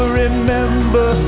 remember